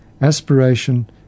aspiration